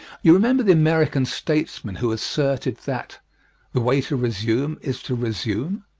you remember the american statesman who asserted that the way to resume is to resume?